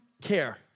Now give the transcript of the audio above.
care